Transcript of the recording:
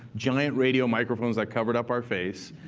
giant radio microphones that covered up our face.